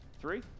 three